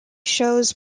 shows